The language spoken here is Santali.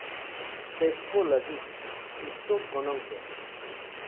ᱴᱮᱥᱠᱳ ᱞᱟᱹᱜᱤᱫ ᱥᱴᱳᱠ ᱜᱚᱱᱚᱝ ᱪᱮᱫ